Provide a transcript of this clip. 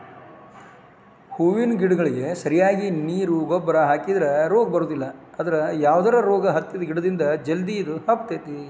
ಹೂವಿನ ಗಿಡಗಳಿಗೆ ಸರಿಯಾಗಿ ನೇರು ಗೊಬ್ಬರ ಹಾಕಿದ್ರ ರೋಗ ಬರೋದಿಲ್ಲ ಅದ್ರ ಯಾವದರ ರೋಗ ಹತ್ತಿದ ಗಿಡದಿಂದ ಜಲ್ದಿ ಇದು ಹಬ್ಬತೇತಿ